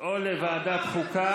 או לוועדת חוקה.